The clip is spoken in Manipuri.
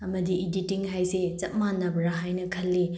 ꯑꯃꯗꯤ ꯏꯗꯤꯇꯤꯡ ꯍꯥꯏꯁꯦ ꯆꯞ ꯃꯥꯟꯅꯕ꯭ꯔꯥ ꯍꯥꯏꯅ ꯈꯜꯂꯤ